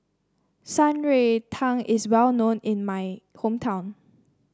Shan Rui Tang is well known in my hometown